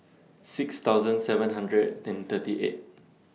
six thousand seven hundred and thirty eight